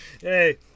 Hey